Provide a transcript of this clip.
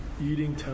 eating